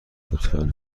لطفا